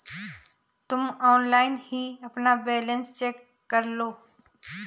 तुम ऑनलाइन ही अपना बैलन्स चेक करलो